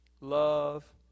love